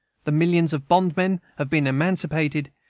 the millions of bondmen have been emancipated,